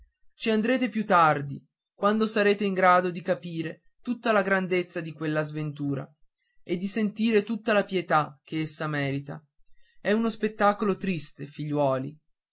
ci andrete più tardi quando sarete in grado di capire tutta la grandezza di quella sventura e di sentire tutta la pietà che essa merita è uno spettacolo triste figliuoli